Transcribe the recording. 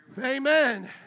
Amen